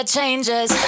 changes